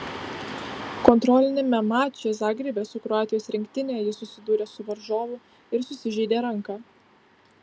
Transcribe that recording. kontroliniame mače zagrebe su kroatijos rinktine jis susidūrė su varžovu ir susižeidė ranką